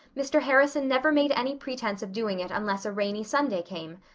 mr. harrison never made any pretence of doing it unless a rainy sunday came.